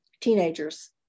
teenagers